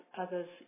others